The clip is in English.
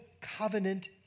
covenant